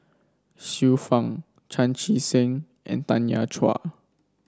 Xiu Fang Chan Chee Seng and Tanya Chua